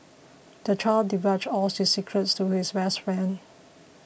the child divulged all his secrets to his best friend